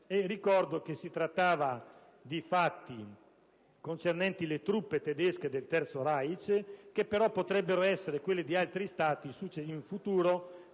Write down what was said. Ricordo che si trattava di fatti concernenti le truppe tedesche del Terzo Reich che però in futuro potrebbero essere quelle di altri Stati per